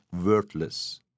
worthless